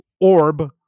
orb